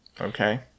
Okay